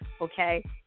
okay